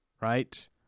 right